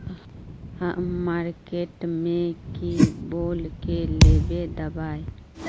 हम मार्किट में की बोल के लेबे दवाई?